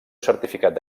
certificat